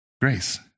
grace